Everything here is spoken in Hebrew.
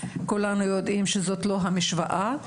שלצערי הרב לא מגיעים לידי פתרון,